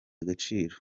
agaciro